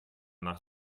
nach